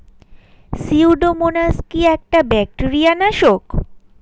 Pseudomonas কি একটা bacteria নাশক?